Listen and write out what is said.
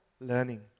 learning